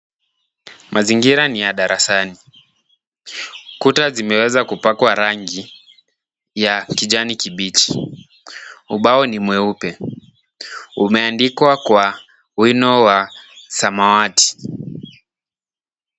Mazingira ni ya darasani. Kuta zimeweza kupakwa rangi ya kijani kibichi. Ubao ni mweupe. Umeandikwa kwa wino wa samawati.